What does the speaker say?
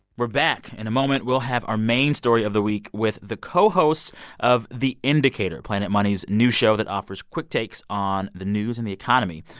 we're back. in a moment, we'll have our main story of the week with the co-hosts of the indicator, planet money's new show that offers quick takes on the news and the economy.